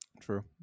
True